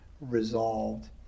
resolved